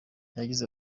yagize